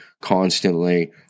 constantly